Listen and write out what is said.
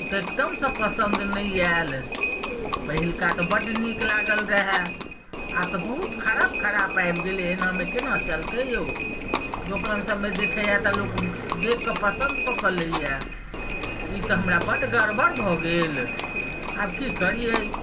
ई तऽ एकदमसँ पसन्द नहि आयल पहिलुका तऽ बड्ड नीक लागल रहए आब तऽ बहुत खराब खराब आबि गेलै एनामे केना चलतै यौ दोकान सभमे देखैए तऽ लोक देख कऽ पसन्द कऽ कऽ लैए ई तऽ हमरा बड्ड गड़बड़ भऽ गेल आब की करियै